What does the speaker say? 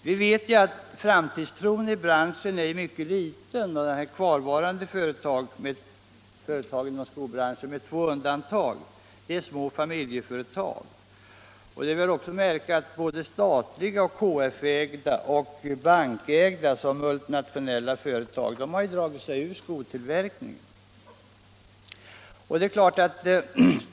Vi vet ju att framtidstron inom branschen är mycket svag. Kvarvarande företag inom branschen är, med två undantag, små familjeföretag. Det är också att märka att både statliga, KF-ägda, bankägda och multinationella företag har dragit sig ur skotillverkningen.